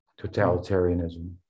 Totalitarianism